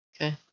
okay